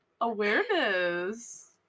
awareness